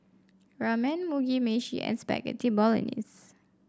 Ramen Mugi Meshi and Spaghetti Bolognese